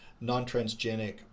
non-transgenic